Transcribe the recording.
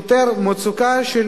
שפותרים מצוקה של